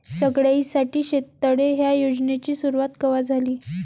सगळ्याइसाठी शेततळे ह्या योजनेची सुरुवात कवा झाली?